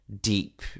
deep